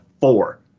four